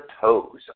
toes